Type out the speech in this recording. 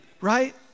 right